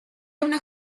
una